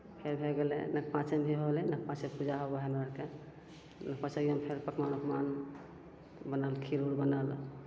फेर भै गेलै नकपाचक भी हो गेलै नकपाचक पूजा होबै हइ हमरा आओरके पञ्चैओमे फेर पकमान उकमान बनल खीर उर बनल